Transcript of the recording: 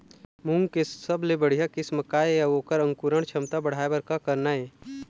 मूंग के सबले बढ़िया किस्म का ये अऊ ओकर अंकुरण क्षमता बढ़ाये बर का करना ये?